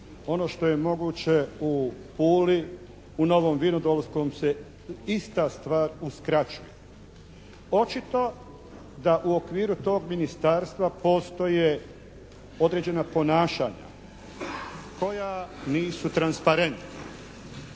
ono što je moguće u Puli u Novom Vinodolskom se ista stvar uskraćuje. Očito da u okviru tog ministarstva postoje određena ponašanja koja nisu transparentna